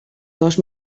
dos